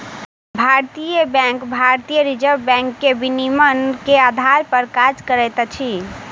भारतीय बैंक भारतीय reserve bank के विनियमन के आधार पर काज करैत अछि